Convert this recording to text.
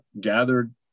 gathered